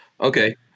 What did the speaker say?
okay